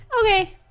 Okay